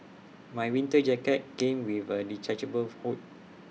my winter jacket came with A detachable hood